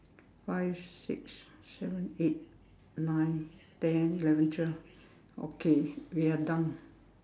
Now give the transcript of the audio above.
five six seven eight nine ten eleven twelve okay we are done